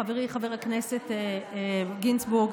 חברי חבר הכנסת גינזבורג,